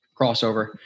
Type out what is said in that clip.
crossover